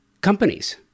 Companies